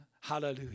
Hallelujah